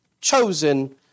chosen